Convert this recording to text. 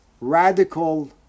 radical